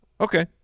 Okay